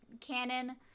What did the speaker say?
canon